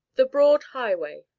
the broad highway,